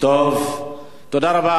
תודה רבה.